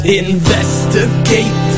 investigate